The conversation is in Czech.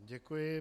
Děkuji.